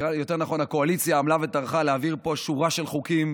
יותר נכון הקואליציה עמלה וטרחה להעביר פה שורה של חוקים,